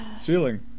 ceiling